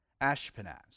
Ashpenaz